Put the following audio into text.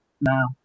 now